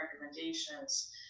recommendations